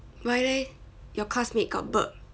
why leh your classmate got burp